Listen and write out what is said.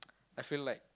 I feel like